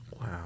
wow